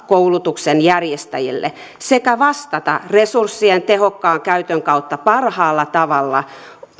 koulutuksen järjestäjille sekä vastata resurssien tehokkaan käytön kautta parhaalla tavalla